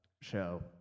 show